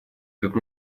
как